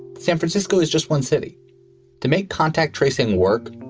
san francisco is just one city to make contact tracing work.